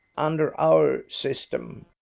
under our system.